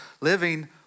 living